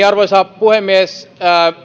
arvoisa puhemies